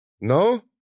no